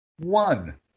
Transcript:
One